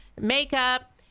makeup